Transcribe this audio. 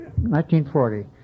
1940